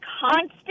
constant